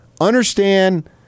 understand